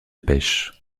pêche